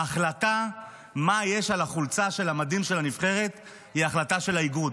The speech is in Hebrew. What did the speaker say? ההחלטה מה יש על החולצה של מדי הנבחרת היא החלטה של האיגוד